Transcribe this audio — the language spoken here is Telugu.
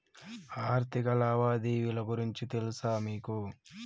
ఆర్థిక లావాదేవీల గురించి తెలుసా మీకు